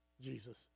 Jesus